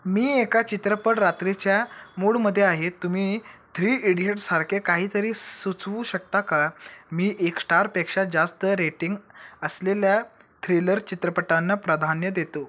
मी एका चित्रपट रात्रीच्या मूडमध्ये आहे तुम्ही थ्री इडियटसारखे काहीतरी सुचवू शकता का मी एक स्टारपेक्षा जास्त रेटिंग असलेल्या थ्रिलर चित्रपटांना प्राधान्य देतो